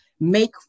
Make